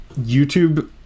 YouTube